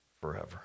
forever